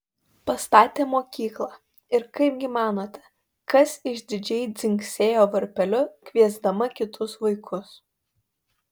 pastatė mokyklą ir kaipgi manote kas išdidžiai dzingsėjo varpeliu kviesdama kitus vaikus